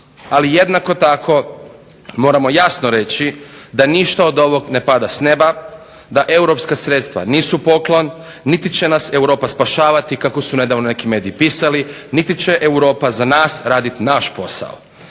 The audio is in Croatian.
ali jednako tako moramo jasno reći da ništa od ovog ne pada s neba, da europska sredstva nisu poklon niti će nas Europa spašavati kako su nedavno neki mediji pisali niti će Europa za nas raditi naš posao.